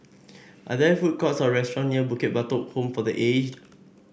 are there food courts or restaurant near Bukit Batok Home for The Aged